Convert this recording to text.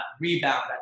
rebound